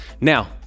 now